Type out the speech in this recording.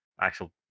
actual